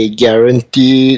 guaranteed